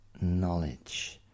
knowledge